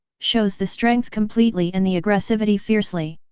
shows the strength completely and the aggressivity fiercely.